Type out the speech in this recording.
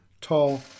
Tall